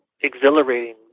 exhilarating